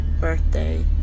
birthday